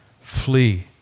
Flee